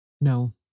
No